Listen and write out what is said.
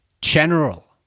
general